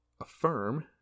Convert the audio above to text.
affirm